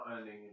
earning